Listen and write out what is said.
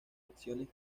acciones